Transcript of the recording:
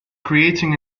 creating